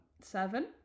Seven